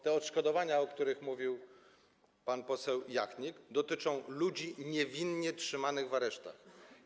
Te odszkodowania, o których mówił pan poseł Jachnik, dotyczą ludzi niewinnie trzymanych w aresztach.